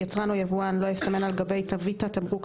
יצרן או יבואן לא יסמן על גבי תווית התמרוק,